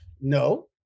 No